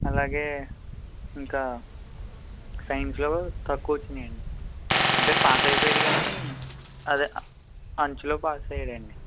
అలాగే ఇంకా సైన్స్లో తక్కువచ్చినాయి అండి అంటే పాస్ అయిపోయాడు కానీ అదే అంచులో పాస్ అయ్యాడు అండి